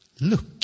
look